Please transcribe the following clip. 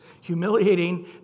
humiliating